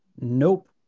Nope